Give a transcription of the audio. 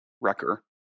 wrecker